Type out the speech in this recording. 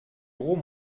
gros